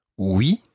Oui